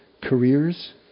careers